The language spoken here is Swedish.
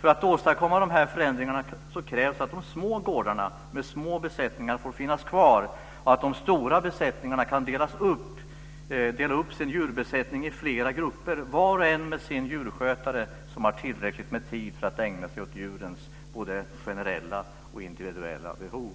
För att åstadkomma dessa förändringar krävs det att de små gårdarna med små besättningar får finnas kvar och att de stora gårdarna kan dela upp sin djurbesättning i flera grupper, var och en med sin djurskötare som har tillräckligt med tid för att ägna sig åt djurens både generella och individuella behov.